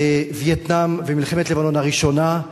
וייטנאם ומלחמת לבנון הראשונה,